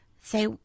say